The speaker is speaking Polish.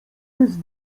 jest